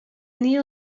knew